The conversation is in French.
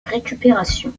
récupération